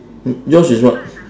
mm yours is what